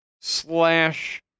slash